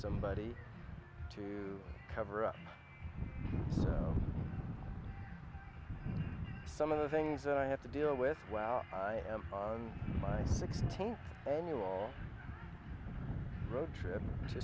somebody to cover up some of the things that i have to deal with well i am on my sixteenth annual road trip to